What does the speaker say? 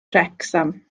wrecsam